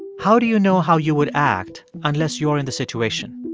how do you know how you would act unless you're in the situation?